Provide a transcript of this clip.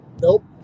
nope